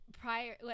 prior